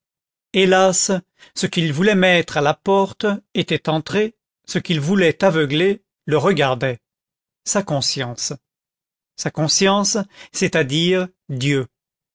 hélas ce qu'il voulait mettre à la porte était entré ce qu'il voulait aveugler le regardait sa conscience sa conscience c'est-à-dire dieu